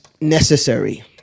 necessary